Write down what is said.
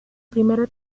primera